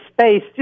space